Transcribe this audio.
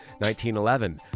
1911